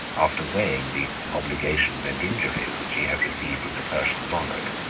after weighing the obligations and injuries which he had received from the persian monarch,